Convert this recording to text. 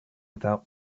without